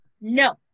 no